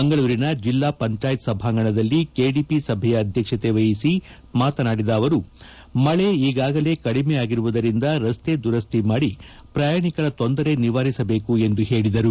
ಮಂಗಳೂರಿನ ಜಿಲ್ಲಾಪಂಚಾಯತ್ ಸಭಾಂಗಣದಲ್ಲಿ ಕೆಡಿಪಿ ಸಭೆಯ ಅಧ್ಯಕ್ಷತೆ ವಹಿಸಿ ಮಾತನಾಡಿದ ಅವರು ಮಳೆ ಈಗಾಗಲೇ ಕಡಿಮೆ ಆಗಿರುವುದರಿಂದ ರಸ್ತೆ ದುರಸ್ತಿ ಮಾಡಿ ಪ್ರಯಾಣಿಕರ ತೊಂದರೆ ನಿವಾರಿಸಬೇಕು ಎಂದು ಹೇಳಿದರು